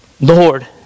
Lord